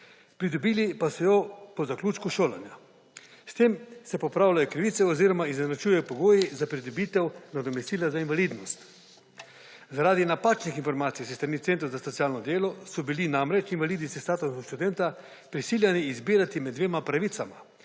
pridobili pa so jo po zaključku šolanja. S tem se popravljajo krivice oziroma izenačujejo pogoji za pridobitev nadomestila za invalidnost. Zaradi napačnih informacij s strani centrov za socialno delo so bili namreč invalidi s statusom študenta prisiljeni izbirati med dvema pravicama,